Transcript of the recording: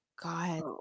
god